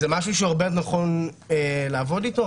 וזה משהו שנכון לעבוד איתו,